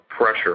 pressure